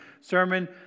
sermon